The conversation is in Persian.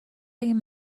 این